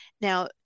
Now